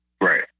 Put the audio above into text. Right